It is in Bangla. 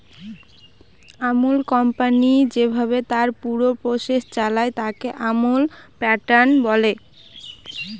আমুল কোম্পানি যেভাবে তার পুরো প্রসেস চালায়, তাকে আমুল প্যাটার্ন বলে